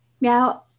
Now